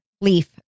leaf